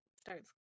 starts